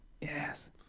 Yes